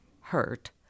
hurt